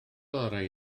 orau